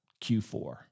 Q4